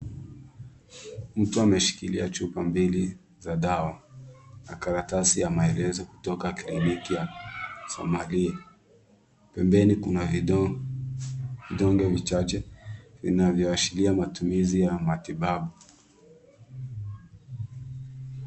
Mtu ameshikilia chupa mbili za dawa ,na karatasi ya maelezo kutoka kliniki ya Somalin ,pembeni kuna vidonge vichache vinavyoashiria matumizi ya matibabu.